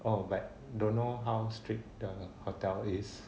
oh but don't know how strict the hotel is